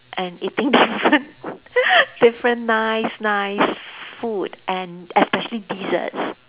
and eating different different nice nice food and especially desserts